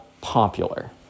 popular